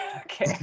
Okay